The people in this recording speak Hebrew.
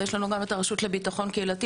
ויש לנו גם את הרשות לביטחון קהילתי,